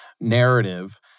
narrative